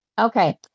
Okay